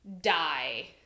die